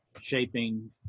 shaping